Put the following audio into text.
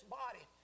body